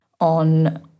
on